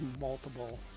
multiple